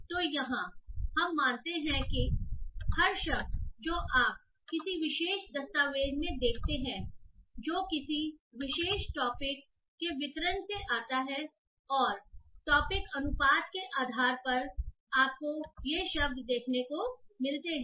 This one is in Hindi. तो यहाँ हम मानते हैं कि हर शब्द जो आप किसी विशेष दस्तावेज़ में देखते हैं जो किसी विशेष टॉपिक के वितरण से आता है और टॉपिकअनुपात के आधार पर आपको ये शब्द देखने को मिलते हैं